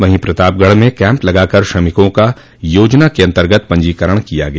वहीं प्रतापगढ़ में कैम्प लगाकर श्रमिकों का योजना के अन्तर्गत पंजीकरण किया गया